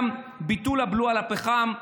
גם ביטול הבלו על הפחם,